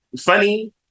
funny